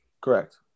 Correct